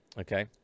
Okay